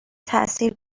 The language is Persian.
تأثیر